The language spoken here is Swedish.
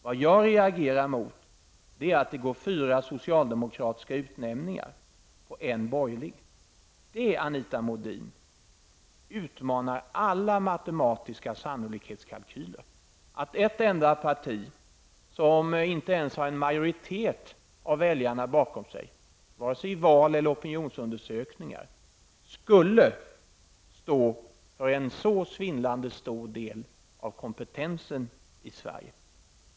Vad jag reagerar mot är att det går fyra socialdemokratiska utnämningar på en borgerlig. Det, Anita Modin, utmanar alla matematiska sannolikhetskalkyler, att ett enda parti -- som inte ens har majoritet av väljarna bakom sig, vare sig i val eller opinionsundersökningar -- skulle stå för en så svindlande stor del av kompetensen i Sverige.